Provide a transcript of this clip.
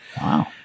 Wow